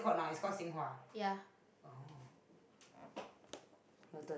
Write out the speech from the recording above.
ya